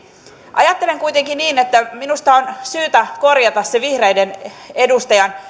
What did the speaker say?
ajattelen kuitenkin niin että minusta on syytä korjata se vihreiden edustajan